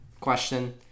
question